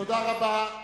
תודה רבה.